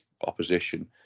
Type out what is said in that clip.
opposition